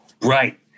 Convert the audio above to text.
Right